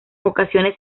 ocasiones